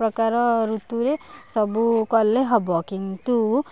ପ୍ରକାର ଋତୁରେ ସବୁ କଲେ ହବ କିନ୍ତୁ